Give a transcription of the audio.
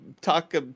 talk